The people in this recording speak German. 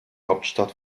hauptstadt